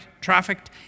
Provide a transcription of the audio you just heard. trafficked